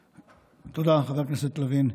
תודה, חבר הכנסת לוין.